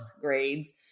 grades